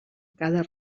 cada